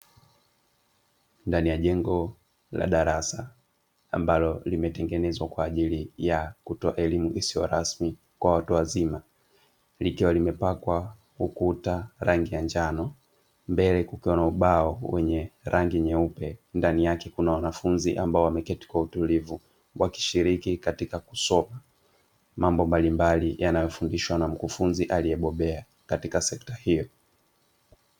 Ndani ya jengo la darasa, ambalo limetengenezwa kwa ajili ya kutolea elimu isiyo rasmi kwa watu wazima, likiwa limepakwa ukuta rangi ya njano, mbele kukiwa na ubao wenye rangi nyeupe, ndani yake kuna wanafunzi ambao wameketi kwa utulivu, wakishiriki katika kusoma mambo mbalimbali yanayofundishwa na mkufunzi aliyebobea katika sekta hiyo.